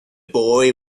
boy